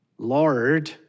Lord